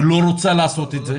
היא לא רוצה לעשות את זה.